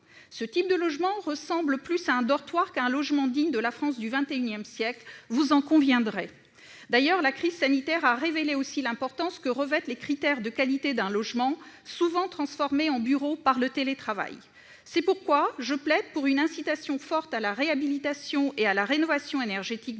ce type de logement ressemble plus à un dortoir qu'à un logement digne de la France du XXI siècle ! D'ailleurs, la crise sanitaire a aussi révélé l'importance que revêtent les critères de qualité d'un logement souvent transformé en bureau par le télétravail. Je plaide donc pour une incitation forte à la réhabilitation et à la rénovation énergétique